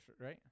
right